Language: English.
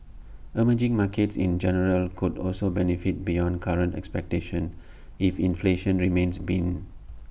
emerging markets in general could also benefit beyond current expectations if inflation remains been